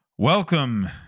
Welcome